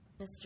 Mr